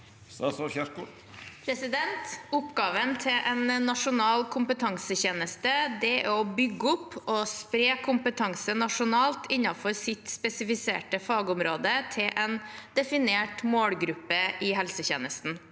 Oppgaven til en nasjonal kompetansetjeneste er å bygge opp og spre kompetanse nasjonalt innenfor sitt spesifiserte fagområde til en definert målgruppe i helsetjenesten.